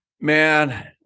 man